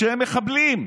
שהם מחבלים,